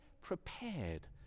prepared